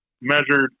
measured